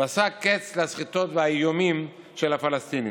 ועשה קץ לסחיטות והאיומים של הפלסטינים.